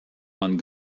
man